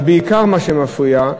אבל בעיקר מה שמפריע,